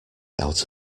out